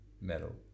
Metal